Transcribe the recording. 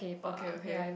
okay okay